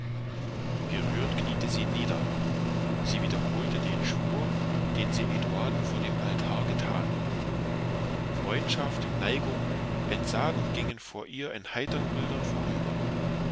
gerührt kniete sie nieder sie wiederholte den schwur den sie eduarden vor dem altar getan freundschaft neigung entsagen gingen vor ihr in heitern bildern vorüber